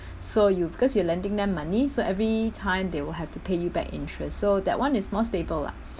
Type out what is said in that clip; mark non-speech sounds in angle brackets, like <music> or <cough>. <breath> so you because you are lending them money so every time they will have to pay you back interest so that [one] is more stable lah